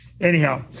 anyhow